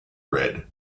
red